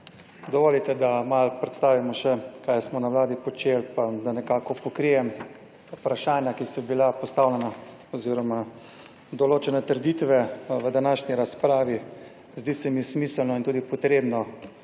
Dovolite, da malo predstavimo še kaj smo na Vladi počeli, pa da nekako pokrijem vprašanja, ki so bila postavljena oziroma določene trditve v današnji razpravi. Zdi se mi smiselno in tudi potrebno,